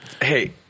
Hey